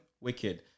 wicked